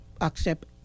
accept